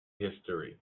history